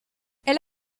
elle